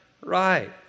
Right